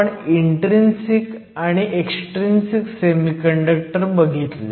आपण इन्ट्रीन्सिक आणि extrinsic semiconductor बघितले